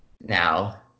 now